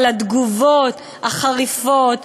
אבל התגובות החריפות,